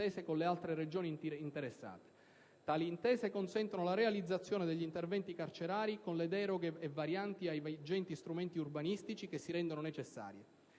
con le altre Regioni interessate. Tali intese consentono la realizzazione degli interventi carcerari con le deroghe e varianti ai vigenti strumenti urbanistici che si rendono necessari.